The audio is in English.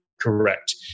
correct